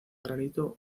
granito